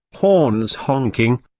horns honking,